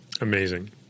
Amazing